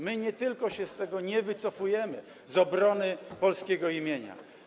My nie tylko się z tego nie wycofujemy, z obrony polskiego imienia.